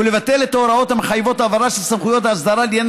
ולבטל את ההוראות המחייבות העברה של סמכויות האסדרה לעניין